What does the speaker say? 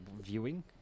viewing